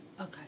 Okay